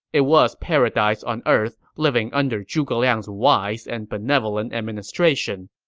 it was paradise on earth living under zhuge liang's wise and benevolent administration.